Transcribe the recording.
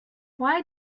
why